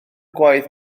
gwaith